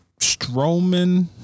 Strowman